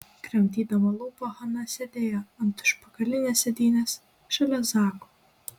kramtydama lūpą hana sėdėjo ant užpakalinės sėdynės šalia zako